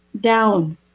down